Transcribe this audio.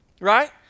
Right